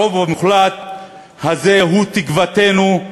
הרוב המוחלט הזה הוא תקוותנו,